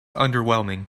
underwhelming